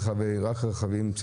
אין רכבים פרטיים.